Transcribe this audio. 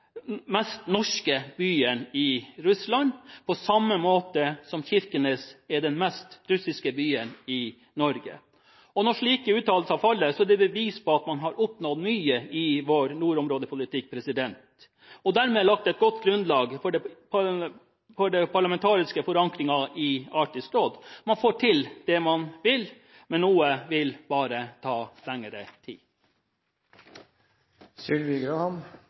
mest norske byen i Russland, på samme måte som Kirkenes er den mest russiske byen i Norge. Når slike uttalelser faller, er det et bevis på at vi har oppnådd mye i vår nordområdepolitikk og dermed lagt et godt grunnlag for den parlamentariske forankringen i Arktisk råd. Man får til det man vil, men noe vil bare ta lengre